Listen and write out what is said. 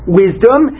wisdom